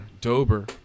Dober